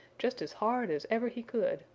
just as hard as ever he could,